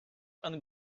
and